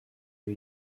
new